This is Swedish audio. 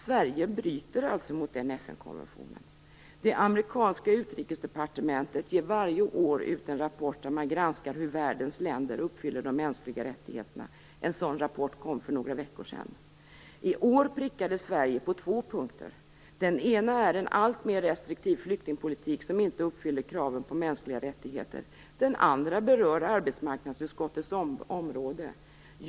Sverige bryter alltså mot den FN-konventionen. Det amerikanska utrikesdepartementet ger varje år ut en rapport där man granskar hur världens länder uppfyller de mänskliga rättigheterna. En sådan rapport kom för några veckor sedan. I år prickades Sverige på två punkter. Den ena gäller en alltmer restriktiv flyktingpolitik som inte uppfyller kraven på mänskliga rättigheter. Den andra berör arbetsmarknadsutskottets område.